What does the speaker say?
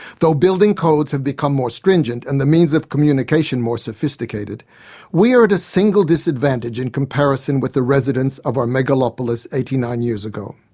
though building codes have become more stringent and the means of communication more sophisticated we are at a single disadvantage in comparison with the residents of our megalopolis eighty nine years ago.